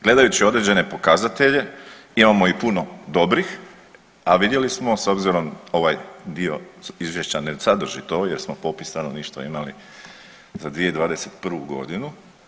Gledajući određene pokazatelje imamo i puno dobrih, a vidjeli smo s obzirom ovaj dio izvješća ne sadrži to jer smo popis stanovništva imali za 2021. godinu.